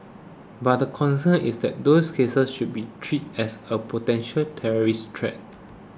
but the concern is that those cases should be treated as a potential terrorist threat